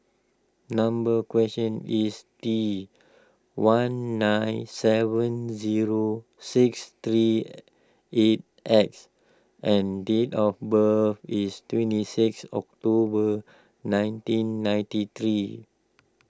number question is T one nine seven zero six three eight X and date of birth is twenty six October nineteen ninety three